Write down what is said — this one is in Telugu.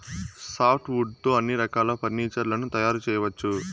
సాఫ్ట్ వుడ్ తో అన్ని రకాల ఫర్నీచర్ లను తయారు చేయవచ్చు